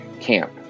camp